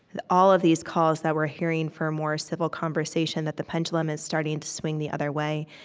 that all of these calls that we're hearing for more civil conversation that the pendulum is starting to swing the other way.